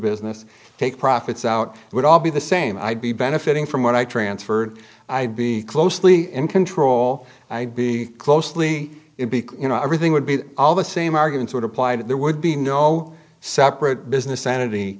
business take profits out it would all be the same i'd be benefiting from what i transferred i'd be closely in control i'd be closely it because you know everything would be all the same arguments would apply and there would be no separate business sanity